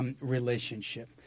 relationship